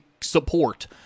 support